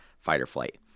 fight-or-flight